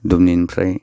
दुमनिनफ्राय